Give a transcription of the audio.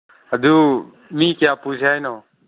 ꯑꯗꯨ ꯃꯤ ꯀꯌꯥ ꯄꯨꯁꯦ ꯍꯥꯏꯅꯣ